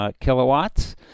kilowatts